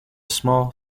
small